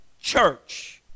church